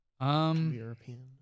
European